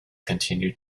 continued